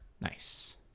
Nice